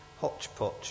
hodgepodge